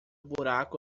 buraco